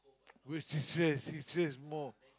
who she stress she stress more